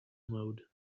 mode